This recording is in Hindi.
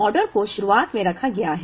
ऑर्डर को शुरुआत में रखा गया है